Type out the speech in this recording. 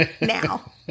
now